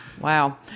Wow